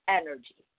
energy